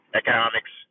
economics